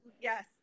Yes